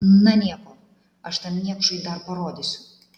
na nieko aš tam niekšui dar parodysiu